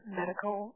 medical